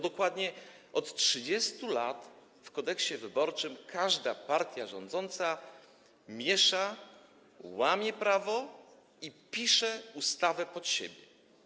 Dokładnie od 30 lat w Kodeksie wyborczym każda partia rządząca miesza, łamie prawo i pisze tę ustawę pod siebie.